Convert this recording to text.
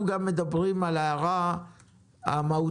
אנחנו גם מדברים על ההערה המהותית